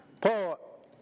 Paul